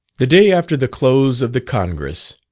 the day after the close of the congress,